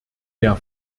der